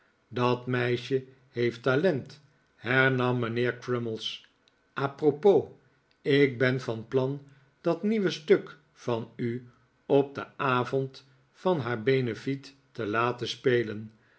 dat meisje heeft talent hernam mijnheer crummies a propos ik ben van plan dat nieuwe stuk van u op den avond van haar benefiet te laten spelen